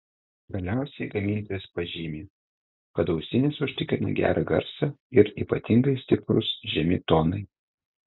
galiausiai gamintojas pažymi kad ausinės užtikrina gerą garsą ir ypatingai stiprūs žemi tonai